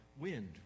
wind